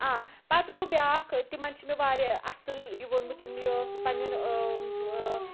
آ پَتہٕ گوٚو بیاکھ تِمَن چھ مےٚ واریاہ اصل یہِ ووٚنمُت یِم یہِ ٲسۍ پَننٮ۪ن